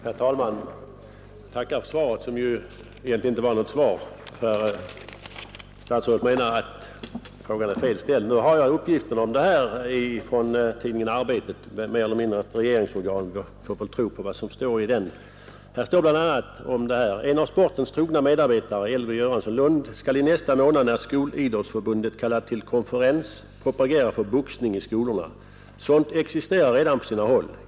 Herr talman! Jag tackar för svaret, som ju egentligen inte var något svar, eftersom statsrådet menar att frågan är fel ställd. Nu har jag uppgiften om det här ifrån tidningen Arbetet, som mer eller mindre är ett regeringsorgan. Vi får väl tro vad som står där. ”En av sportens trogna medarbetare, Elvir Göransson, Lund, skall i nästa månad, när skolidrottsförbundet kallat till konferens, propagera för boxning i skolorna. Sånt existerar redan på sina håll.